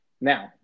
Now